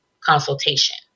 consultation